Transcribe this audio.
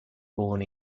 born